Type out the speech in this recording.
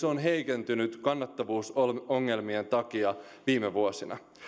on heikentynyt kannattavuusongelmien takia viime vuosina